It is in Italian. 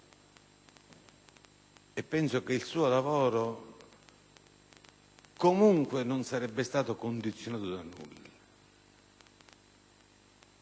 e penso che il suo lavoro comunque non sarebbe stato condizionato da nulla.